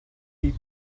die